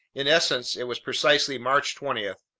in essence, it was precisely march twenty.